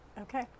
okay